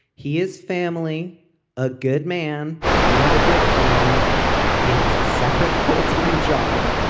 he is family a good man and a good friend he has a separate full time job